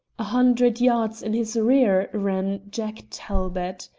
a hundred yards in his rear ran jack talbot.